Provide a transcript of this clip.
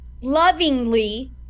lovingly